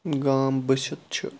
گام بٔسِتھ چھُ